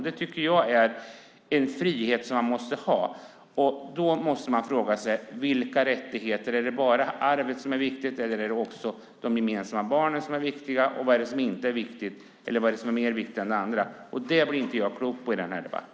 Det är en frihet som måste finnas. Man måste man fråga sig: Vilka rättigheter är viktiga? Är det bara arvet som är viktigt eller även de gemensamma barnen? Vad är det som inte är viktigt och vad är det som är viktigare än annat? Det blir jag inte klok på i denna debatt.